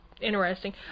interesting